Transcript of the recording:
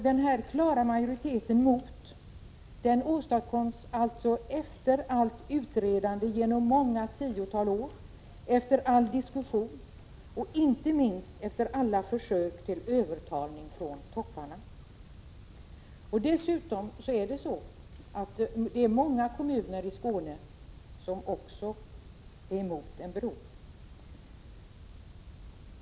Denna klara majoritet emot en bro åstadkoms alltså efter utredande i tiotals år, efter alla diskussioner och inte minst efter alla försök till övertalning gjorda av topparna i det socialdemokratiska partiet. Dessutom är många kommuner i Skåne också emot en bro.